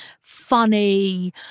funny